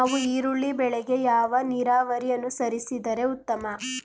ನಾವು ಈರುಳ್ಳಿ ಬೆಳೆಗೆ ಯಾವ ನೀರಾವರಿ ಅನುಸರಿಸಿದರೆ ಉತ್ತಮ?